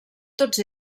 tots